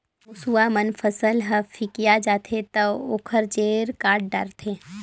मूसवा मन फसल ह फिकिया जाथे त ओखर जेर काट डारथे